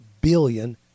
billion